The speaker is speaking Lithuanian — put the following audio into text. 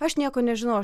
aš nieko nežinau